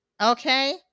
okay